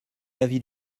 l’avis